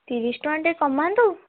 ତିରିଶ ଟଙ୍କା ଟିକେ କମାନ୍ତୁ